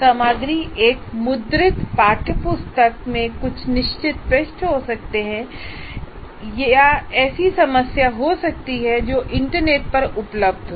सामग्री एक मुद्रित पाठ्यपुस्तक में कुछ निश्चित पृष्ठ हो सकते हैं या यह ऐसी सामग्री हो सकती है जो इंटरनेट पर उपलब्ध हो